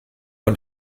und